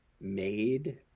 Made